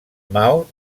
mao